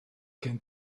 gen